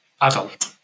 adult